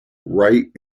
wright